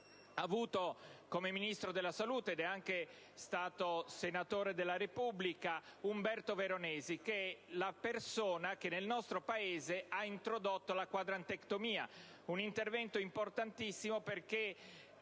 avuto come Ministro della salute, ed è anche stato senatore della Repubblica, Umberto Veronesi, che è la persona che nel nostro Paese ha introdotto la quadrantectomia, un intervento importantissimo perché